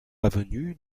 avenue